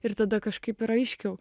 ir tada kažkaip raiškiau